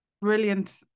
brilliant